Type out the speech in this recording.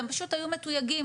והם פשוט היו מתויגים,